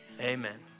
Amen